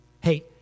hey